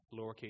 lowercase